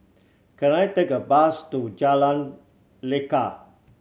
can I take a bus to Jalan Lekar